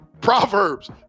proverbs